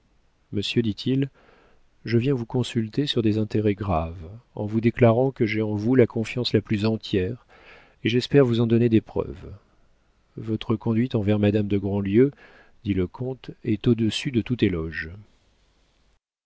monsieur dit-il je viens vous consulter sur des intérêts graves en vous déclarant que j'ai en vous la confiance la plus entière et j'espère vous en donner des preuves votre conduite envers madame de grandlieu dit le comte est au-dessus de tout éloge